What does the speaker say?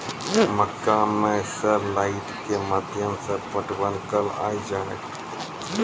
मक्का मैं sir light के माध्यम से पटवन कल आ जाए?